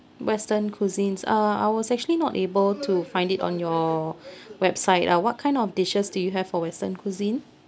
western cuisines uh I was actually not able to find it on your website uh what kind of dishes do you have for western cuisine